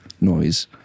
noise